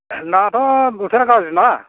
दाथ' बोथोरा गाज्रि ना